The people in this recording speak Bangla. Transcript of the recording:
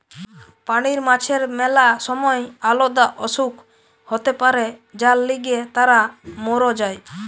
পানির মাছের ম্যালা সময় আলদা অসুখ হতে পারে যার লিগে তারা মোর যায়